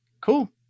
Cool